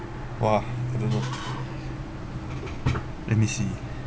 !wah! I don't know let me see